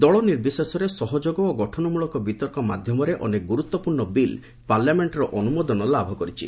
ଦଳ ନିର୍ବିଶେଷରେ ସହଯୋଗ ଓ ଗଠନମୂଳକ ବିତର୍କ ମାଧ୍ୟମରେ ଅନେକ ଗୁରୁତ୍ୱପୂର୍ଣ୍ଣ ବିଲ୍ ପାର୍ଲାମେଷ୍ଟ୍ର ଅନୁମୋଦନ ଲାଭ କରିଛି